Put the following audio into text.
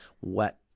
wet –